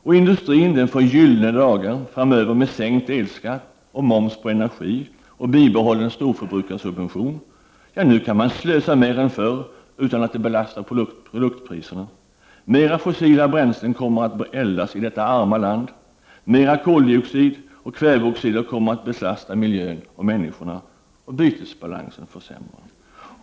Och industrin får gyllene dagar framöver med sänkt elskatt och moms på energi och bibehållen storförbrukarsubvention. Ja, nu kan man slösa mer än förr utan att det belastar produktpriserna. Mera fossila bränslen kommer att eldas i detta arma land. Mera koldioxid och kväveoxider kommer att belasta miljön och människorna. Bytesbalansen försämras.